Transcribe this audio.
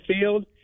field